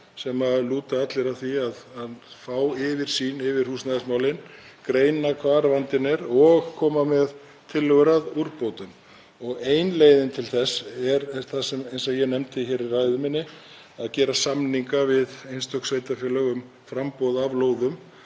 sem lúta allir að því að fá yfirsýn yfir húsnæðismálin, greina hvar vandinn er og koma með tillögur að úrbótum. Ein leiðin til þess er, eins og ég nefndi í ræðu minni, að gera samninga við einstök sveitarfélög um framboð af lóðum,